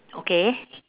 okay